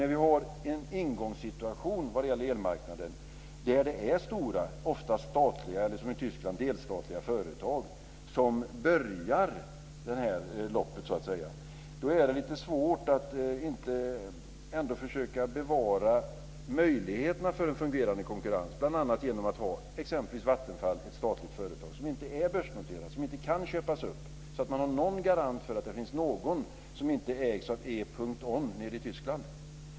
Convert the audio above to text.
När vi har en ingångssituation på elmarknaden där loppet börjar med stora, ofta statliga eller som i Tyskland delstatliga företag, är det lite svårt att inte försöka bevara möjligheterna för en fungerande konkurrens, bl.a. genom att ha exempelvis ett statligt företag som Vattenfall, som inte är börsnoterat och som inte kan köpas upp. Då har man någon garanti för att det finns någon aktör som inte ägs av E.ON nere i Tyskland.